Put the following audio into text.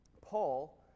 Paul